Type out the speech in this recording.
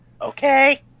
Okay